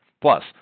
Plus